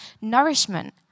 nourishment